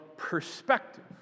perspective